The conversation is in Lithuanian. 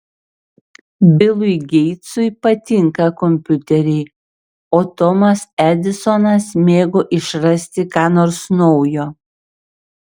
bilui geitsui patinka kompiuteriai o tomas edisonas mėgo išrasti ką nors naujo